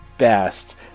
Best